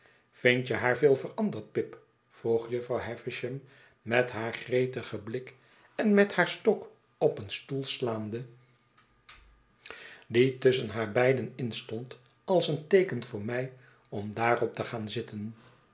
vindt je haar veel veranderd pip vroeg jufvrouw havisham met haar gretigen blik en met haar stok op een stoel slaande die tusschen haar beiden in stond als een teeken voor mij om daarop te gaan zitten